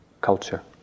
culture